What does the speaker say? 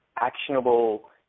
actionable